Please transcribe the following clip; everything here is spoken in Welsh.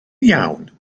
iawn